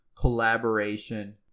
collaboration